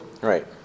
Right